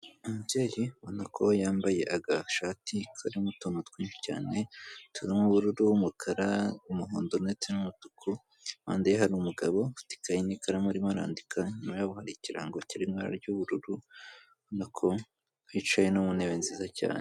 Umubyeyi ubona ko yambaye agashati karirimo utuntu twinshi cyane turimo ubururu, umukara, umuhondo ndetse n'umutuku, impande ye hari umugabo ufite ikayi n'ikaramu arimo arandika, inyuma yabo hari ikirango kiri mu ibara ry'ubururu, ubona ko bicaye no mu ntebe nziza cyane.